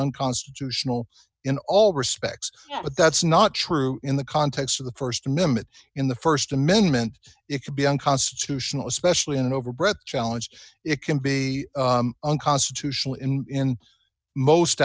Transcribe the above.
unconstitutional in all respects but that's not true in the context of the st amendment in the st amendment it could be unconstitutional especially in an overbroad challenge it can be unconstitutional in most